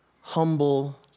humble